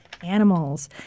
animals